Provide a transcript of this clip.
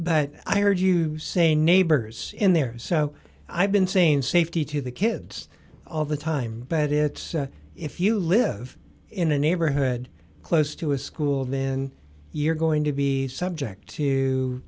but i heard you say neighbors in there so i've been saying safety to the kids all the time but it if you live in a neighborhood close to a school then you're going to be subject to